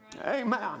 Amen